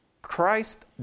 Christ